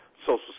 Social